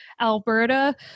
Alberta